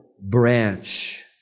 branch